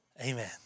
Amen